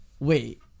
Wait